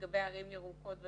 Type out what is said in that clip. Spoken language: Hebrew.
לגבי ערים ירוקות ובדיקות,